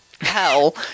hell